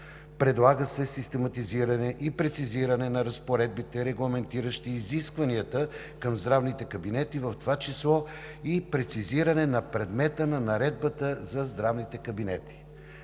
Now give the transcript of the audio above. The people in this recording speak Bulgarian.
предлага се систематизиране и прецизиране на разпоредбите, регламентиращи изискванията към здравните кабинети, в това число и прецизиране на предмета на наредбата за здравните кабинети;